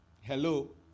Hello